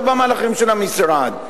לא במהלכים של המשרד.